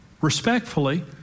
respectfully